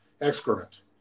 excrement